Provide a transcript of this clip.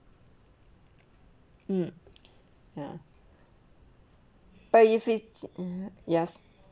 mm ya but if it's mm yes